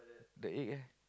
the egg leh